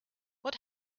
what